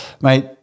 Mate